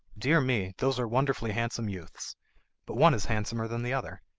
dear me, those are wonderfully handsome youths but one is handsomer than the other,